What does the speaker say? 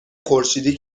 خورشیدی